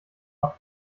auch